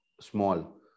small